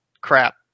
crap